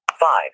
five